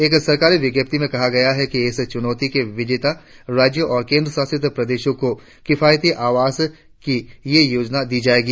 एक सरकारी विज्ञप्ति में कहा गया है कि इस चुनौती के विजेता राज्यों और केंद्रशासित प्रदेशों को किफायती आवास की ये परियोजना दी जाएगी